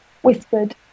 Whispered